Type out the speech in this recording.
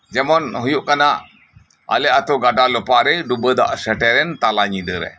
ᱡᱮᱢᱚᱱ ᱦᱳᱭᱳᱜ ᱠᱟᱱᱟ ᱟᱞᱮ ᱟᱛᱩ ᱜᱟᱰᱟ ᱞᱟᱯᱷᱟᱜ ᱨᱮ ᱰᱩᱵᱟᱹᱫᱟᱜ ᱥᱮᱴᱮᱨᱮᱱ ᱛᱟᱞᱟ ᱧᱤᱫᱟᱹᱨᱮ